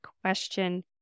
question